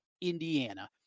Indiana